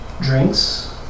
drinks